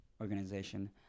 organization